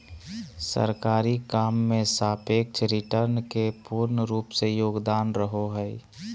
सरकारी काम मे सापेक्ष रिटर्न के पूर्ण रूप से योगदान रहो हय